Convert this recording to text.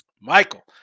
michael